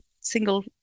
single